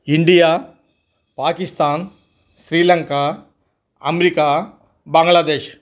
India Pakistan Sri Lanka America Bangladesh